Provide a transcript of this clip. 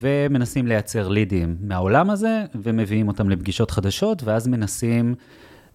ומנסים לייצר לידים מהעולם הזה ומביאים אותם לפגישות חדשות ואז מנסים...